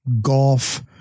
golf